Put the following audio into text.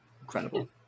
Incredible